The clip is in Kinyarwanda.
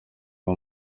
abo